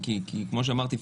כי כמו שאמרתי,